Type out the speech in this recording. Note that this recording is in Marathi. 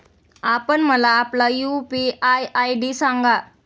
आपण मला आपला यू.पी.आय आय.डी सांगा